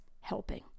helping